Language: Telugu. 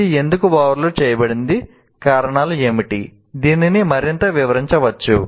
ఇది ఎందుకు ఓవర్లోడ్ చేయబడింది కారణాలు ఏమిటి దీనిని మరింత వివరించవచ్చు